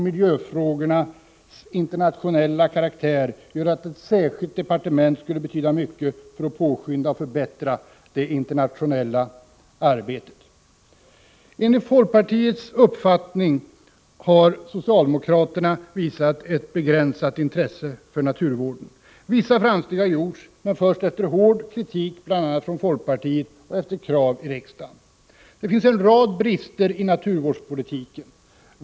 Miljöfrågornas internationella karaktär gör att ett särskilt departement skulle betyda mycket för att påskynda och förbättra det internationella arbetet. Enligt folkpartiets uppfattning har socialdemokraterna visat ett begränsat intresse för naturvården. Vissa framsteg har gjorts men först efter hård kritik från bl.a. folkpartiet och efter krav i riksdagen. Det finns en rad brister i naturvårdspolitiken.